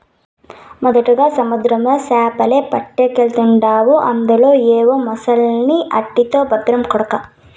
మొదటగా సముద్రంలో సేపలే పట్టకెల్తాండావు అందులో ఏవో మొలసకెల్ని ఆటితో బద్రం కొడకా